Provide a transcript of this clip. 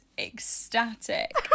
ecstatic